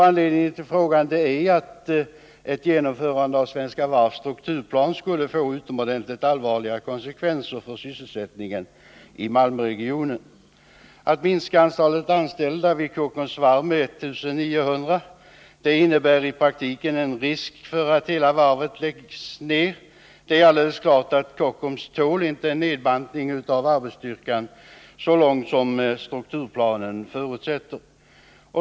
Anledningen till frågan är att ett genomförande av Svenska Varvs strukturplan skulle få utomordentligt allvarliga konsekvenser för sysselsättningen i Malmöregionen. Att minska antalet anställda vid Kockums varv med 1 900 personer innebär i praktiken risk för att hela varvet läggs ned. Det är alldeles klart att Kockums inte tål en så långtgående nedbantning av arbetsstyrkan som strukturplanen förutsätter.